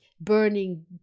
burning